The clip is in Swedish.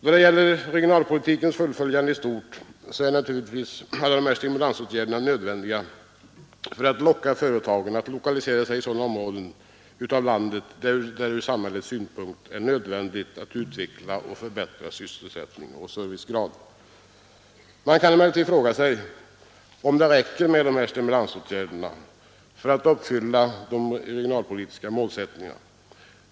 Då det gäller regionalpolitikens fullföljande i stort är naturligtvis alla dessa stimulansåtgärder nödvändiga för att locka företagen att lokalisera sig i sådana områden av landet där det ur samhällets synpunkt är nödvändigt att utveckla och förbättra sysselsättning och servicegrad. Man kan emellertid fråga sig om det räcker med dessa stimulansåtgärder för att uppfylla de regionalpolitiska målsättningarna.